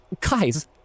guys